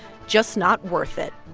just not worth it.